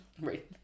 Right